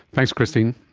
thanks christine.